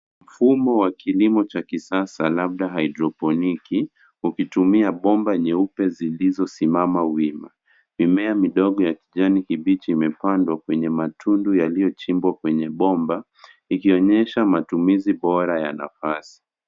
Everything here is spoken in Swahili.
Mfumo wa kilimo cha kisasa labda hydroponiki ukitumia bomba nyeupe zilizo simama wima. Mimiea midogo ya kijani kibichi imepandwa kwenye matundu yaliyo chimbwa kwenye bomba ikionyesha matumizi bora ya nafasi.